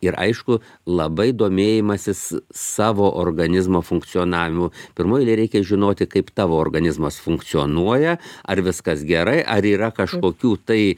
ir aišku labai domėjimasis e savo organizmo funkcionavimu pirmoj eilėj reikia žinoti kaip tavo organizmas funkcionuoja ar viskas gerai ar yra kažkokių tai